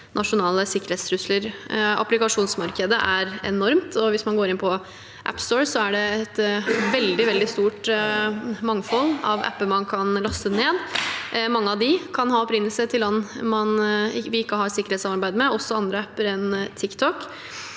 nasjonale sikkerhetstrusler. Applikasjonsmarkedet er enormt, og hvis man går inn på App Store, er det et veldig stort mangfold av apper man kan laste ned. Mange av dem kan ha sin opprinnelse i land vi ikke har sikkerhetssamarbeid med, og det gjelder også andre apper enn TikTok.